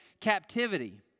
captivity